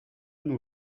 nous